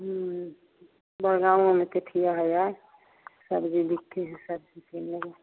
हूँ बड़गाँवमे केथिया हय आयल सब्जी बिके हय सब्जी कीन लेबै